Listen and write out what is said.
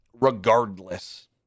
regardless